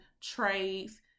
trades